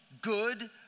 good